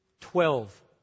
Twelve